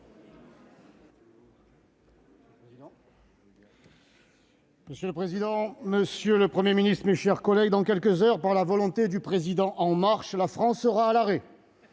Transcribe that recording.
Monsieur le président, monsieur le Premier ministre, mes chers collègues, dans quelques heures, par la volonté du président En Marche, la France sera à l'arrêt